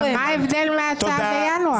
מה ההבדל מההצעה בינואר?